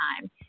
time